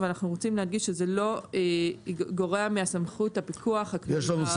אנחנו רוצים להדגיש שזה לא גורע מסמכות הפיקוח הכללית.